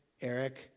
Eric